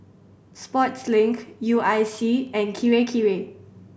Sportslink U I C and Kirei Kirei